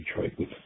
Detroit